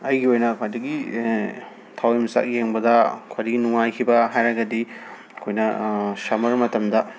ꯑꯩꯒꯤ ꯑꯣꯏꯅ ꯈ꯭ꯋꯥꯏꯗꯒꯤ ꯊꯋꯥꯟꯃꯤꯆꯥꯛ ꯌꯦꯡꯕꯗ ꯈ꯭ꯋꯥꯏꯗꯒꯤ ꯅꯨꯡꯉꯥꯏꯈꯤꯕ ꯍꯥꯏꯔꯒꯗꯤ ꯑꯩꯈꯣꯏꯅ ꯁꯃꯔ ꯃꯇꯝꯗ